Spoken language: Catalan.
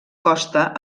costa